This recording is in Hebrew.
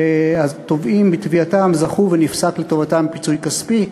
והתובעים בתביעתם זכו ונפסק לטובתם פיצוי כספי.